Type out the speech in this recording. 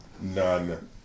None